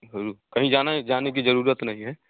रु कहीं जाना है जाने की ज़रूरत नहीं है